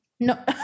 No